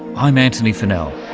i'm antony funnell.